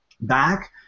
back